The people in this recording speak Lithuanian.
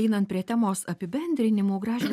einant prie temos apibendrinimo gražvydai